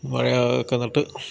മഴ ഒക്കെ നട്ട്